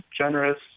generous